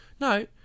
No